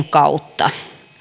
kautta